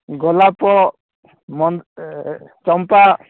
ଗୋଲାପ ଚମ୍ପା